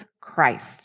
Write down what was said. Christ